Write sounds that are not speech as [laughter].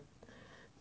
[breath]